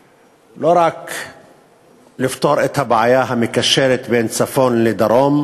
לא רק לפתור את הבעיה המקשרת בין צפון לדרום,